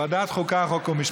ועדת החוקה, חוק ומשפט.